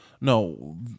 No